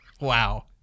Wow